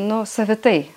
nu savitai